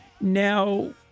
Now